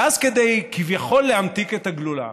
ואז כדי, כביכול, להמתיק את הגלולה